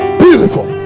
beautiful